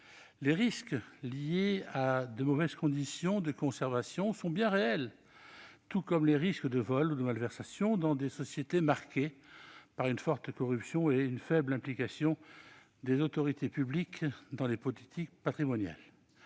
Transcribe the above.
Les risques liés à de mauvaises conditions de conservation sont bien réels, tout comme les risques de vol et de malversation dans des sociétés marquées par une forte corruption et une faible implication des autorités publiques dans les politiques patrimoniales.